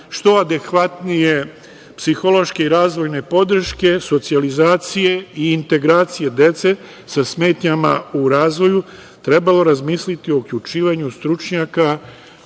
što adekvatnije psihološke i razvojne podrške, socijalizacije i integracije dece sa smetnjama u razvoju, trebalo razmisliti o uključivanju stručnjaka